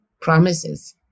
promises